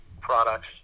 products